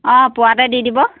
অঁ পুৱাতে দি দিব